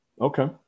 Okay